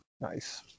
Nice